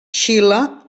xile